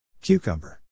cucumber